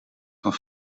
van